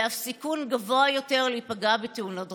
ואף סיכון גבוה יותר להיפגע בתאונות דרכים.